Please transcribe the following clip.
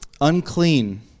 unclean